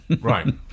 Right